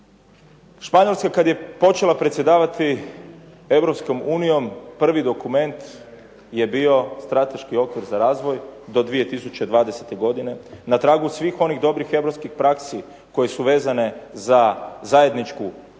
Španjolska kad je počela predsjedavati Europskom unijom prvi dokument je bio strateški okvir za razvoj do 2020. godine, na tragu svih onih dobrih europskih praksi koje su vezane za zajedničku poljoprivrednu